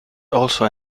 also